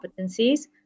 competencies